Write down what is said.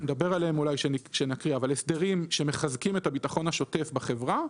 נדבר עליהם כשנקריא שמחזקים את הביטחון השוטף בחברה,